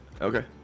Okay